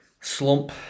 slump